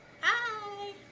Hi